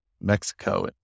Mexico